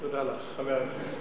תודה רבה.